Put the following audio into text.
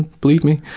believe me.